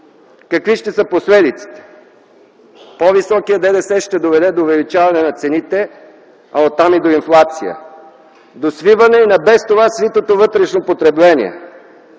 Какви ще са последиците? По-високият ДДС ще доведе до увеличение на цените, а оттам и до инфлация, до свиване на и без това свитото вътрешно потребление.